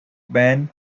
band